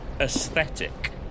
aesthetic